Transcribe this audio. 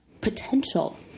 potential